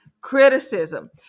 Criticism